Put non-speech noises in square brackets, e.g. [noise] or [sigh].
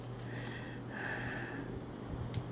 [breath]